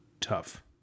tough